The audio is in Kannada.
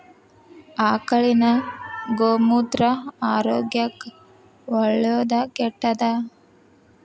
ಆಕಳಿನ ಗೋಮೂತ್ರ ಆರೋಗ್ಯಕ್ಕ ಒಳ್ಳೆದಾ ಕೆಟ್ಟದಾ?